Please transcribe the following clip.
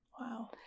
Wow